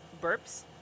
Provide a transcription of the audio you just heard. Burps